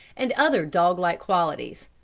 and other dog-like qualities,